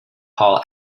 hall